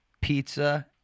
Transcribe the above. pizza